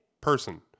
person